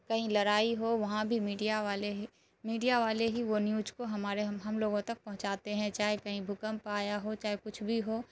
کہیں لڑائی ہو وہاں بھی میڈیا والے ہی میڈیا والے ہی وہ نیوج کو ہمارے ہم لوگوں تک پہنچاتے ہیں چاہے کہیں بھوکمپ آیا ہو چاہے کچھ بھی ہو